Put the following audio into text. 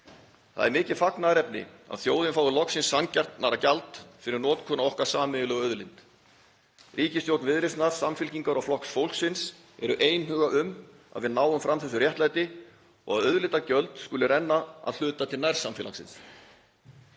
Það er mikið fagnaðarefni að þjóðin fái loksins sanngjarnara gjald fyrir notkun á okkar sameiginlegu auðlind. Ríkisstjórn Viðreisnar, Samfylkingar og Flokks fólksins er einhuga um að við náum fram þessu réttlæti og að auðlindagjöld skuli renna að hluta til nærsamfélagsins.